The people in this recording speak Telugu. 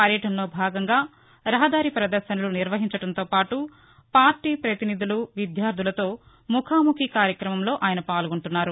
పర్యటనలో భాగంగా రహదారి పదర్భనలు నిర్వహించడంతో పాటు పార్టీ పతినిధులు విద్యార్టులతో ముఖాముఖీ కార్యక్రమంలో ఆయన పాల్గొంటున్నారు